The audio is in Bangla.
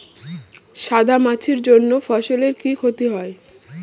সাদা মাছির জন্য ফসলের কি ক্ষতি হয়?